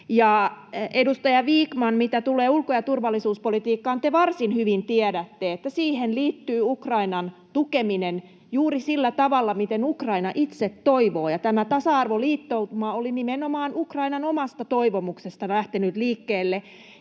edustaja Vikman, mitä tulee ulko- ja turvallisuuspolitiikkaan, te varsin hyvin tiedätte, että siihen liittyy Ukrainan tukeminen juuri sillä tavalla, miten Ukraina itse toivoo, ja tämä tasa-arvoliittoutuma oli nimenomaan Ukrainan omasta toivomuksesta lähtenyt liikkeelle.